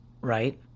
Right